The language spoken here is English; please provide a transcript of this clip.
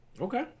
Okay